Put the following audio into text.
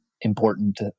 important